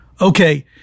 okay